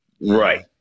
Right